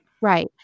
Right